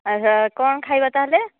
କଣ ଖାଇବା ତାହେଲେ